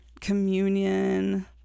communion